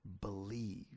believe